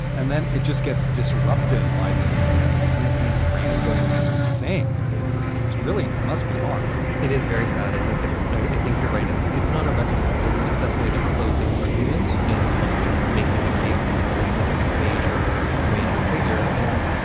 and then it just gets disrupted by this completely random thing. it's really must be hard it is very sad. i think it's i think you're right. it's it's not a retrospective, but it's definitely the closing argument in making the case that returns this major, major figure. and,